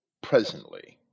presently